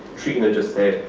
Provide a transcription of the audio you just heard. trina just said,